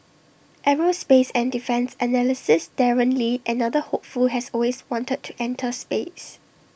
aerospace and defence analysis Darren lee another hopeful has always wanted to enter space